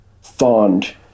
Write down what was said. Fond